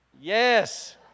yes